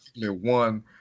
One